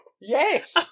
Yes